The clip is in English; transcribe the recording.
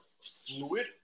fluid